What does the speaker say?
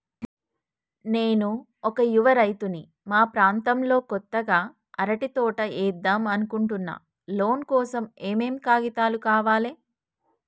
నేను ఒక యువ రైతుని మా ప్రాంతంలో కొత్తగా అరటి తోట ఏద్దం అనుకుంటున్నా లోన్ కోసం ఏం ఏం కాగితాలు కావాలే?